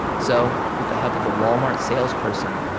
so with the help of a walmart salesperson,